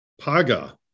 Paga